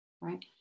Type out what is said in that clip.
right